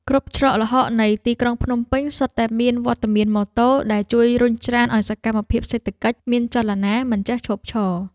គ្រប់ច្រកល្ហកនៃទីក្រុងភ្នំពេញសុទ្ធតែមានវត្តមានម៉ូតូដែលជួយរុញច្រានឱ្យសកម្មភាពសេដ្ឋកិច្ចមានចលនាមិនចេះឈប់ឈរ។